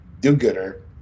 do-gooder